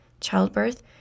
childbirth